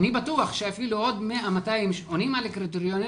אני בטוח שאפילו עוד 100 200 שעונים על הקריטריונים,